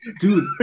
dude